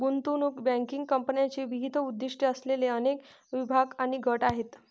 गुंतवणूक बँकिंग कंपन्यांचे विविध उद्दीष्टे असलेले अनेक विभाग आणि गट आहेत